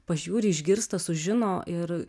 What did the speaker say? pažiūri išgirsta sužino ir